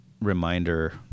reminder